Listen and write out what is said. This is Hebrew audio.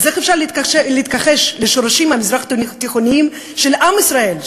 איך אפשר להתכחש לשורשים המזרח-תיכוניים של עם ישראל,